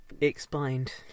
explained